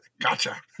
gotcha